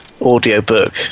audiobook